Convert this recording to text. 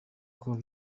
col